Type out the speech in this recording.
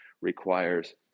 requires